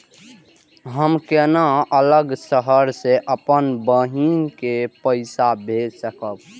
हम केना अलग शहर से अपन बहिन के पैसा भेज सकब?